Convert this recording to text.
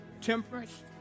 temperance